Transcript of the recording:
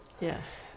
Yes